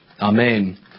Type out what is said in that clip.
Amen